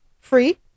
free